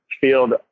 field